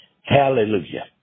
Hallelujah